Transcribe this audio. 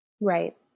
right